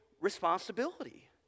responsibility